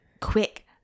quick